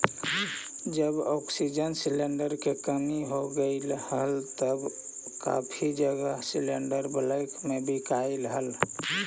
जब oxygen cylinder की कमी हो गईल हल तब काफी जगह सिलेंडरस ब्लैक में बिकलई हल